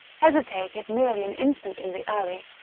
hesitated merely an instant in the alley,